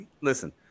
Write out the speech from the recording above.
listen